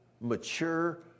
mature